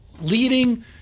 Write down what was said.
leading